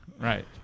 Right